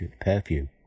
perfume